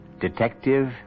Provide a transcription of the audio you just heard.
detective